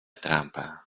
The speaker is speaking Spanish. trampa